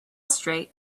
straight